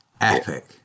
epic